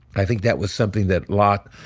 i think that was something that locke,